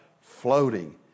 floating